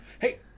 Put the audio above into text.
Hey